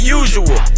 usual